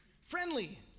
Friendly